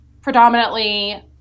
predominantly